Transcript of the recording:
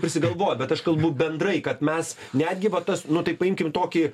prisigalvot bet aš kalbu bendrai kad mes netgi va tas nu tai paimkim tokį